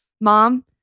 mom